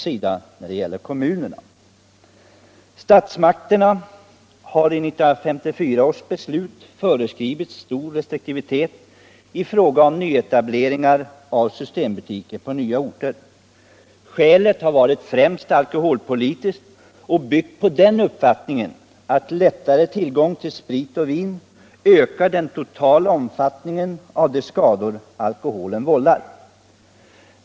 Statsmakterna har i 1954 års beslut föreskrivit stor restriktivitet i fråga om etablering av systembutiker på nya orter. Skälet har främst varit alkoholpolitiskt; man har byggt på den uppfattningen att lättare tillgång till sprit och vin ökar den totala omfattningen av de skador alkoholen vållar.